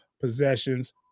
possessions